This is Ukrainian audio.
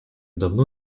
давно